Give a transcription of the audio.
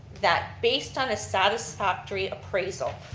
that based on a satisfactory appraisal,